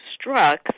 struck